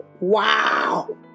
wow